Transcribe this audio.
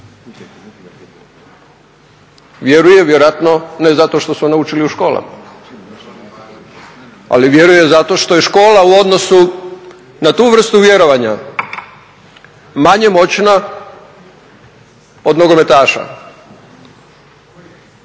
Vjeruje vjerojatno ne zato što su naučili u školama, ali vjeruje zato što je škola u odnosu na tu vrstu vjerovanja manje moćna od nogometaša.